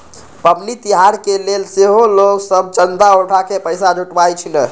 पबनि तिहार के लेल सेहो लोग सभ चंदा उठा कऽ पैसा जुटाबइ छिन्ह